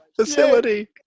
facility